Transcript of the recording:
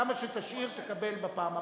כמה שתשאיר תקבל בפעם הבאה.